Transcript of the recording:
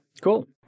Cool